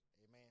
Amen